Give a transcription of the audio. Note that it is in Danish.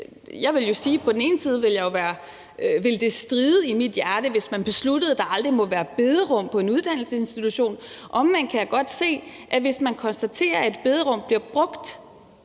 jeg vil jo sige: På den ene side ville det stride imod mit hjerte, hvis man besluttede, at der aldrig må være bederum på en uddannelsesinstitution. Omvendt kan jeg godt se, at hvis man konstaterer, at bederum på en bestemt